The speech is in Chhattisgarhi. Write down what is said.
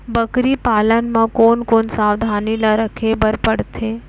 बकरी पालन म कोन कोन सावधानी ल रखे बर पढ़थे?